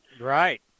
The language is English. Right